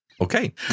Okay